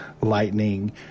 lightning